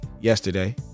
yesterday